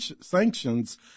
sanctions